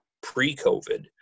pre-COVID